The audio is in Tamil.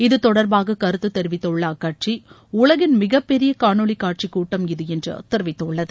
இது தொடர்பாக கருத்து தெரிவித்துள்ள அக்கட்சி உலகின் மிகப் பெரிய காளொலி காட்சி கூட்டம் இது என்று தெரிவித்துள்ளது